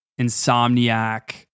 insomniac